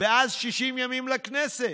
ואז 60 ימים לכנסת,